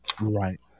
Right